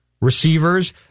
receivers